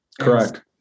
Correct